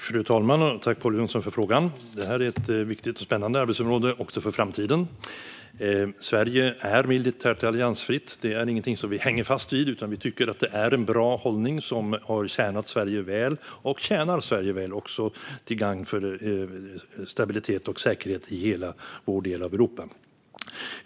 Fru talman! Tack, Pål Jonson, för frågan! Detta är ett viktigt och spännande arbetsområde också för framtiden. Sverige är militärt alliansfritt. Det är ingenting som vi hänger fast vid, utan vi tycker att det är en bra hållning som har tjänat och tjänar Sverige väl. Det är också till gagn för stabilitet och säkerhet i hela vår del av Europa.